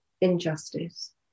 injustice